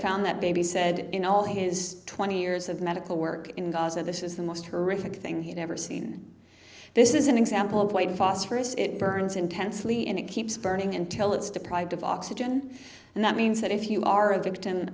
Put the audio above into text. found that baby said in all his twenty years of medical work in gaza this is the most horrific thing he'd ever seen this is an example of white phosphorous it burns intensely and it keeps burning until it's deprived of oxygen and that means that if you are a vict